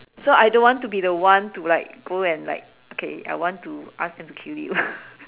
so I don't want to be the one to like go and like okay I want to ask and kill you